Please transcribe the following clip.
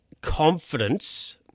confidence